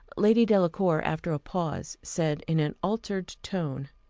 lady delacour, after a pause, said, in an altered tone,